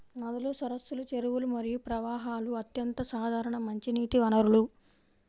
నదులు, సరస్సులు, చెరువులు మరియు ప్రవాహాలు అత్యంత సాధారణ మంచినీటి వనరులు